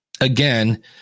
again